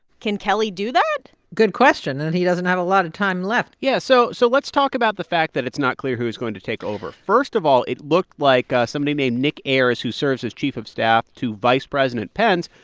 can kelly do that? good question. and he doesn't have a lot of time left yeah. so so let's talk about the fact that it's not clear who is going to take over. first of all, it looked like somebody named nick ayers, who serves as chief of staff to vice president pence,